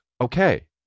Okay